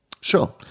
Sure